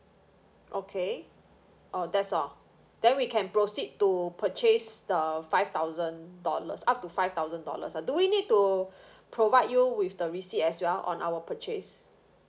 okay orh that's all then we can proceed to purchase the five thousand dollars up to five thousand dollars uh do we need to provide you with the receipt as well on our purchase